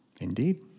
indeed